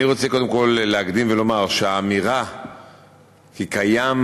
אני רוצה קודם כול לומר שהאמירה כי קיים